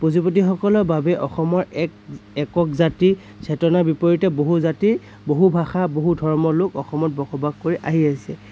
পুঁজিপতিসকলৰ বাবেই অসমৰ এক একক জাতিৰ চেতনাৰ বিপৰীতে বহুজাতি বহুভাষা বহুধৰ্মৰ লোক অসমত বসবাস কৰি আহি আহিছে